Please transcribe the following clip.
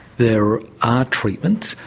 there are treatments,